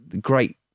great